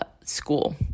school